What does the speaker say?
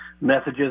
messages